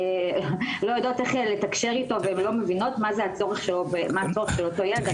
לא יודעות איך לתקשר איתו ולא מבינות מה הצורך של אותו ילד.